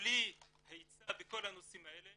ובלי היצע בכל הנושאים האלה,